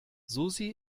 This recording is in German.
susi